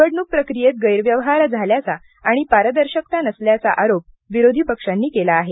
निवडणूक प्रक्रियेत गैरव्यवहार झाल्याचा आणि पारदर्शकता नसल्याचा आरोप विरोधी पक्षांनी केला आहे